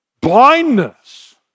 blindness